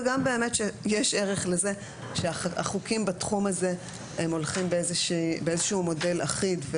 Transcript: וגם באמת שיש ערך לזה שהחוקים בתחום הזה הם הולכים באיזשהו מודל אחיד,